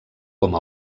com